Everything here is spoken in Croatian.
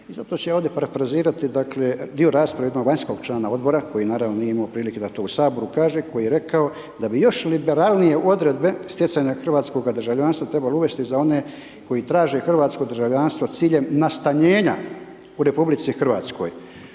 i zapravo ću ja ovdje parafrazirati dakle, dio rasprave jednog vanjskog člana odbora, koji naravno nije imao prilike da to u Saboru kaže, koji je rekao da bi još liberalnije odredbe stjecanja hrvatskoga državljanstva trebalo uvesti za one koji traže hrvatsko državljanstvo s ciljem nastanjenja u RH. Ovdje